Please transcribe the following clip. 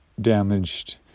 damaged